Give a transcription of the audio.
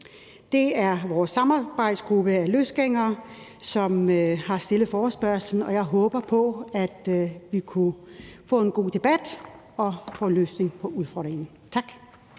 Det er vores samarbejdsgruppe af løsgængere, som har stillet forespørgslen, og jeg håber på, at vi kan få en god debat og finde en løsning på udfordringen. Tak.